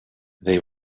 they